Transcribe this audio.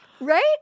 right